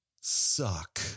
suck